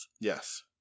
Yes